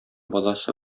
баласы